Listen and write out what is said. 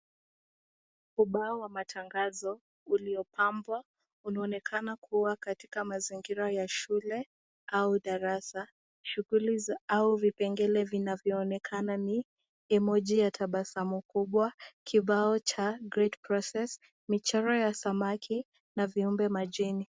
Ubao wa matangazo uliopambwa unaoneka kua katika mazingira ya shule au darasa au vipengele vinavyoonekama ni emoji ya tabasamu kubwa , kibao cha Great process ,michoro ya samaki na viumbe majini.